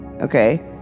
okay